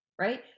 right